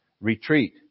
Retreat